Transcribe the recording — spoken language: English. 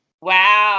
Wow